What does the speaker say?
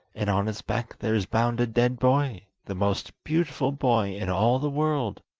and on its back there is bound a dead boy, the most beautiful boy in all the world